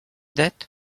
that